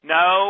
no